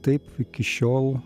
taip iki šiol